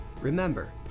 Remember